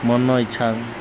ମନ ଇଚ୍ଛା